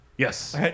Yes